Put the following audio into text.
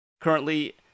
Currently